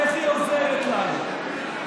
איך היא עוזרת לנו?